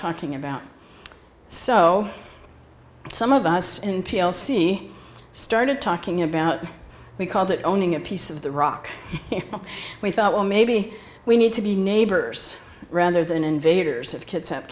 talking about so some of us in p l c started talking about we called it owning a piece of the rock we thought well maybe we need to be neighbors rather than invaders of kids